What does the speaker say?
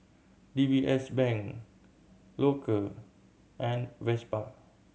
D B S Bank Loacker and Vespa